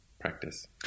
practice